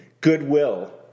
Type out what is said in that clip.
goodwill